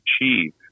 achieve